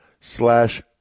slash